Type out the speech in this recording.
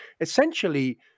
essentially